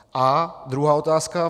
A druhá otázka.